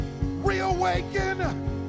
Reawaken